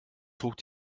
zog